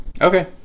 Okay